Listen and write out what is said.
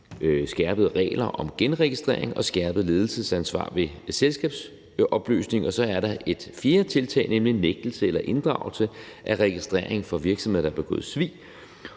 skærpede regler om genregistrering og skærpet ledelsesansvar ved selskabsopløsning, og så er der et fjerde tiltag, nemlig nægtelse eller inddragelse af registrering for virksomheder, der har begået svig.